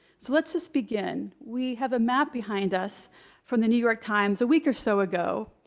so let's just begin. we have a map behind us from the new york times, a week or so ago,